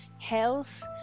health